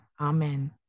amen